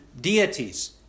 deities